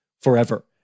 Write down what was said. forever